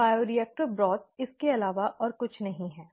bioreactor broth इसके अलावा और कुछ नहीं है है ना